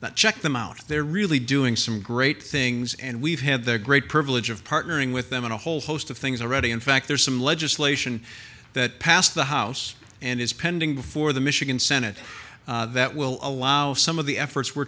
but check them out they're really doing some great things and we've had the great privilege of partnering with them in a whole host of things already in fact there's some legislation that passed the house and is pending before the michigan senate that will allow some of the efforts we're